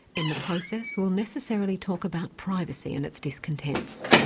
in the process, we'll necessarily talk about privacy and its discontents,